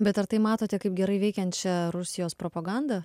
bet ar tai matote kaip gerai veikiančią rusijos propagandą